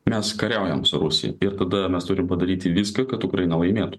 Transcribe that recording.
mes kariaujam su rusija ir tada mes turim padaryti viską kad ukraina laimėtų